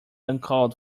uncalled